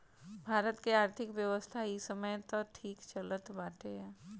भारत कअ आर्थिक व्यवस्था इ समय तअ ठीक चलत बाटे